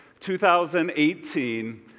2018